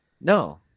No